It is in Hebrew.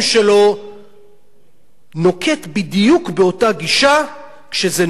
נוקט בדיוק אותה גישה כשזה נוגע לקבוצות אחרות.